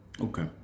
Okay